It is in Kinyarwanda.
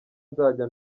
nzajya